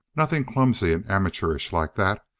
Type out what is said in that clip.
nothing clumsy and amateurish like that,